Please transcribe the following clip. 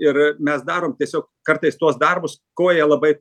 ir mes darom tiesiog kartais tuos darbus ko jie labai